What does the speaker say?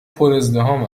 پرازدحام